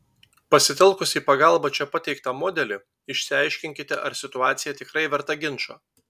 pasitelkusi į pagalbą čia pateiktą modelį išsiaiškinkite ar situacija tikrai verta ginčo